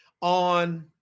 On